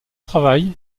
travail